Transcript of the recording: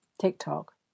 TikTok